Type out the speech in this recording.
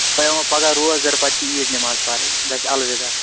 چھُ پیٚوان پگاہ روزدَر پتہٕ چھِ عیٖد نیٚماز پَرٕنۍ گَژھہِ الوِداع